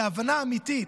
בהבנה אמיתית.